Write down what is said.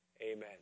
Amen